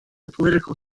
political